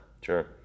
Sure